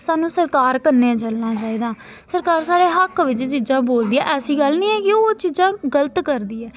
सानूं सरकार कन्नै चलना चाहिदा सरकार साढ़े हक्क बिच्च चीजां बोलदी ऐ ऐसी गल्ल निं ऐ कि ओह् चीजां गलत करदी ऐ